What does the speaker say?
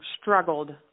struggled